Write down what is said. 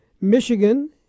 Michigan